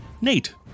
Nate